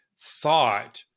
thought